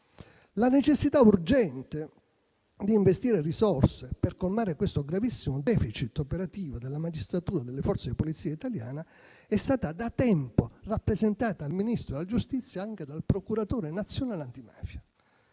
La necessità urgente di investire risorse per colmare questo gravissimo *deficit* operativo della magistratura e delle Forze di polizia italiane è stata da tempo rappresentata al Ministro della giustizia anche dal procuratore nazionale antimafia.